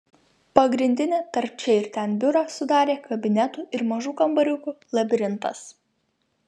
pagrindinį tarp čia ir ten biurą sudarė kabinetų ir mažų kambariukų labirintas